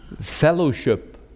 fellowship